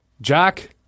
Jack